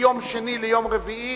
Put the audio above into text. מיום שני ליום רביעי,